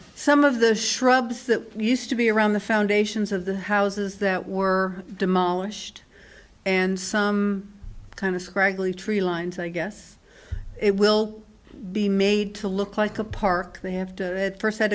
some of the shrubs that used to be around the foundations of the houses that were demolished and some kind of scraggly tree lines i guess it will be made to look like a park they have to first had